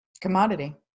Commodity